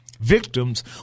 Victims